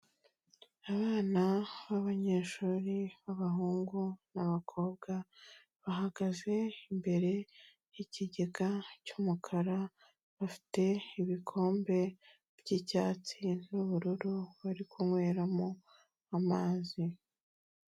Abana b'abanyeshuri b'abahungu n'abakobwa, bahagaze imbere y'ikigega cy'umukara bafite ibikombe by'icyatsi n'ubururu bari kunyweramo amazi.